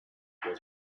born